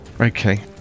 Okay